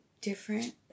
different